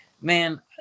man